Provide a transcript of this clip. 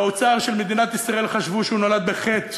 באוצר של מדינת ישראל חשבו שהוא נולד בחטא